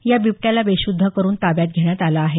या बिबट्याला बेशुद्ध करून ताब्यात घेण्यात आलं आहे